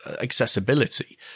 accessibility